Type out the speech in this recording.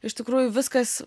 iš tikrųjų viskas